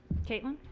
caitlin?